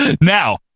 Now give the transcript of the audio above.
Now